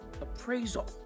appraisal